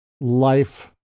life